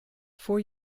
four